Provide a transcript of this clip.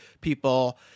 people –